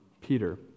Peter